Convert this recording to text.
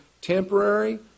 temporary